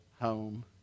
home